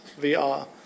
VR